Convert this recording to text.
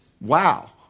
wow